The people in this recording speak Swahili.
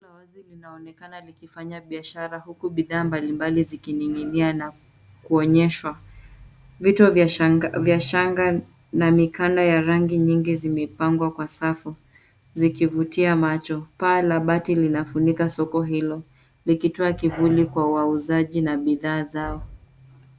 Soko la wazi linanaonekana likifanya biashara huku bidhaa mbalimbali zikining'inia na kuonyeshwa. Vitu vya shanga na mikanda ya rangi nyingi zimepangwa kwa safu zikivutia macho. Paa la bati linafunika soko hilo likitoa kivuli kwa wauzaji na bidhaa zao.